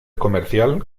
comercial